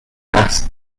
asked